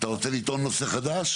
אתה רוצה לטעון נושא חדש?